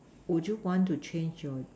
would you want to change your